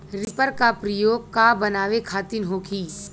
Reaper का प्रयोग का बनावे खातिन होखि?